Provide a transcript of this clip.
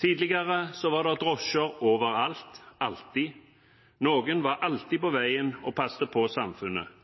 Tidligere var det drosjer overalt, alltid. Noen var alltid på veien og passet på samfunnet.